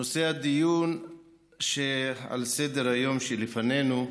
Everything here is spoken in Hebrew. נושא הדיון שעל סדר-היום שלפנינו,